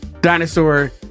dinosaur